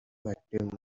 active